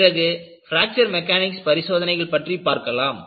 பிறகு fracture mechanics பரிசோதனைகள் பற்றி பார்க்கலாம்